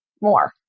more